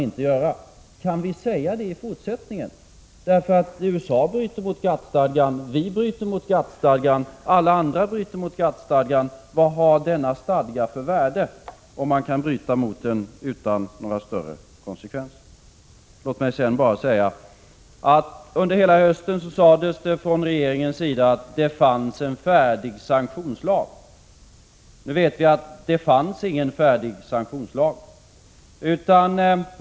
Men kan vi säga detta i fortsättningen? USA bryter mot GATT-stadgan, Sverige bryter mot GATT-stadgan, alla andra bryter mot den. Vad har denna stadga för värde, om man kan bryta mot den utan några större konsekvenser? Under hela hösten sades det från regeringens sida att det fanns en färdig sanktionslag. Nu vet vi att det inte fanns någon sanktionslag.